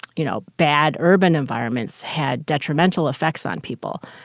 you know, bad urban environments had detrimental effects on people.